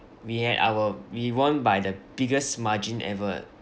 we had our we won by the biggest margin ever